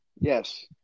Yes